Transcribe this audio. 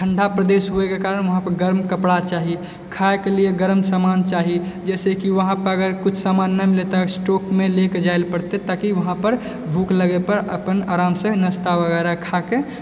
ठण्डा प्रदेश हुएके कारण वहाँपर गर्म कपड़ा चाही खाइके लिए गरम सामान चाही जैसैकि वहाँपर अगर किछु सामान नहि मिलतै स्टॉकमे लैके जाइ पड़तै ताकि वहाँपर भूख लगैपर ओइपर अपन आरामसेँ नास्ता वगैरह खाके